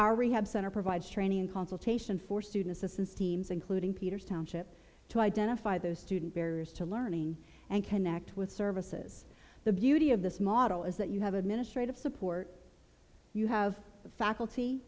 our rehab center provides training and consultation for student systems teams including peters township to identify those student barriers to learning and connect with services the beauty of this model is that you have administrative support you have faculty